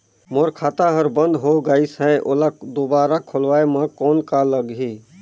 मोर खाता हर बंद हो गाईस है ओला दुबारा खोलवाय म कौन का लगही?